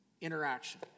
interaction